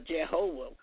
Jehovah